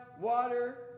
water